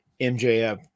MJF